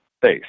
face